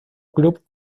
club